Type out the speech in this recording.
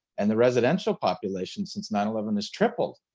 and the residential population since nine eleven has tripled,